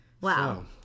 Wow